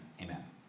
amen